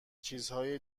چیزهای